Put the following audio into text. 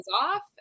off